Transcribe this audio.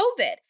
COVID